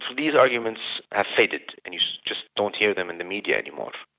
these arguments have faded. and you just just don't hear them in the media any more.